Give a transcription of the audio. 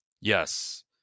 Yes